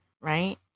right